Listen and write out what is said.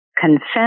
confess